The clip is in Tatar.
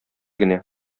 генә